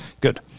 Good